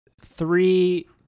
three